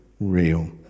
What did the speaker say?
real